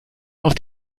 auf